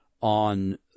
on –